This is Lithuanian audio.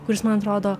kuris man atrodo